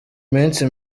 minsi